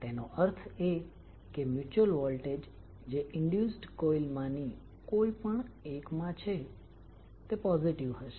તેનો અર્થ એ કે મ્યુચ્યુઅલ વોલ્ટેજ જે ઇન્ડ્યુસ્ડ કોઇલ માની કોઈ પણ એકમાં છે તે પોઝિટિવ હશે